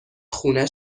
خونه